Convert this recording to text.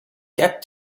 get